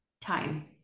time